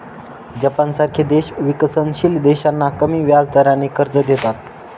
जपानसारखे देश विकसनशील देशांना कमी व्याजदराने कर्ज देतात